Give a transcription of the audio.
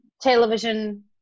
television